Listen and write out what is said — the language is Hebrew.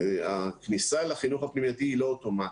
הכניסה לחינוך הפנימייתי היא לא אוטומטית.